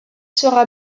sera